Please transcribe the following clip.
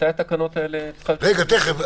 מתי התקנות האלה --- תיכף,